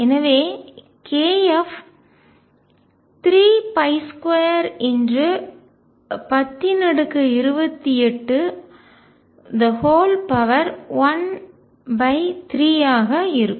எனவே kF 32102813 ஆக இருக்கும்